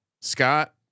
Scott